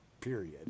Period